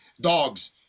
dogs